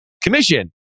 commission